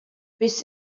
biss